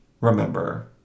remember